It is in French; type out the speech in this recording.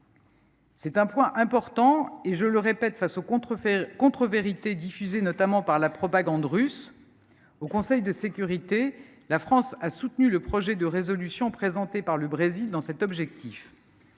C’est un point important, et je le répète face aux contrevérités diffusées notamment par la propagande russe : au Conseil de sécurité des Nations unies, la France a soutenu le projet de résolution présenté par le Brésil dans cet objectif.